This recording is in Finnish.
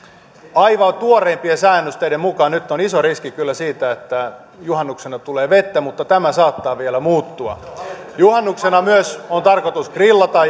aivan tuoreimpien sääennusteiden mukaan nyt on iso riski kyllä että juhannuksena tulee vettä mutta tämä saattaa vielä muuttua juhannuksena myös on tarkoitus grillata